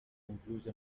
concluse